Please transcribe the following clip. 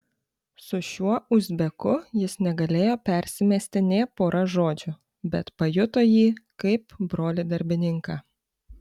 su šiuo uzbeku jis negalėjo persimesti nė pora žodžių bet pajuto jį kaip brolį darbininką